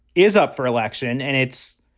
is up for election. and it's,